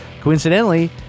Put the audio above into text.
coincidentally